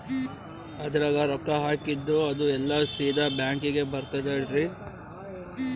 ಅದ್ರಗ ರೊಕ್ಕ ಹಾಕಿದ್ದು ಅದು ಎಲ್ಲಾ ಸೀದಾ ಬ್ಯಾಂಕಿಗಿ ಬರ್ತದಲ್ರಿ?